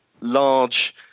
large